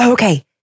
Okay